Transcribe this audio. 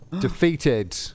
Defeated